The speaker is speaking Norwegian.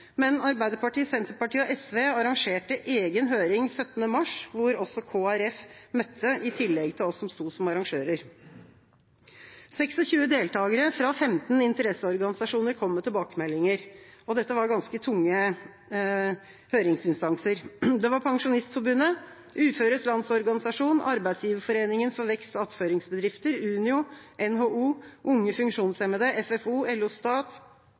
men Arbeiderpartiet, Senterpartiet og SV arrangerte egen høring 17. mars, hvor også Kristelig Folkeparti møtte i tillegg til oss som sto som arrangører. 26 deltakere fra 15 interesseorganisasjoner kom med tilbakemeldinger. Dette var ganske tunge høringsinstanser. Det var Pensjonistforbundet, Uføres Landsorganisasjon, Arbeidsgiverforeningen for Vekst- og attføringsbedrifter, Unio, NHO, Unge funksjonshemmede, FFO, LO Stat,